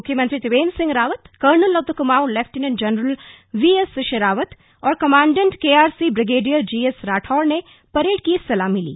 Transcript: मुख्यमंत्री Trivendra Singh Rawat colonel of the Kumaon lieutenant general VS Sherawat और commandant KRC brigadier GS Rathore ने parade की सलामी ली